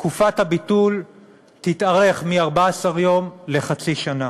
תקופת הביטול תתארך מ-14 יום לחצי שנה.